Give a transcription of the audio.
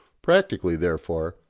practically, therefore,